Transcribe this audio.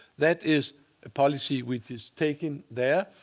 that is a policy which is taken there.